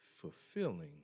fulfilling